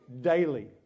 daily